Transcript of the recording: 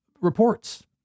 reports